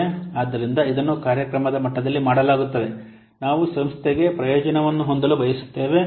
ಆದ್ದರಿಂದ ಇದನ್ನು ಕಾರ್ಯಕ್ರಮದ ಮಟ್ಟದಲ್ಲಿ ಮಾಡಲಾಗುತ್ತದೆ ನಾವು ಸಂಸ್ಥೆಗೆ ಪ್ರಯೋಜನವನ್ನು ಹೊಂದಲು ಬಯಸುತ್ತೇವೆ